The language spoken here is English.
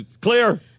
Clear